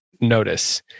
notice